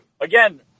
again